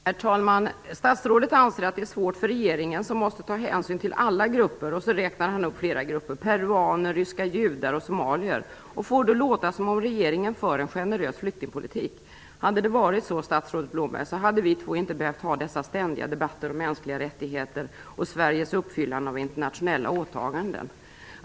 Herr talman! Statsrådet anser att det är svårt för regeringen som måste ta hänsyn till olika grupper, och så räknar han upp flera grupper såsom peruaner, ryska judar och somalier. Han får det att låta som om regeringen för en generös flyktingpolitik. Hade det varit så, statsrådet Blomberg, skulle vi två inte ständigt behöva ha dessa debatter om mänskliga rättigheter och Sveriges uppfyllande av internationella åtaganden.